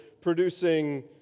producing